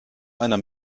einer